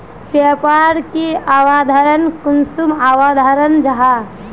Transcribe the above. व्यापार की अवधारण कुंसम अवधारण जाहा?